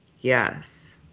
Yes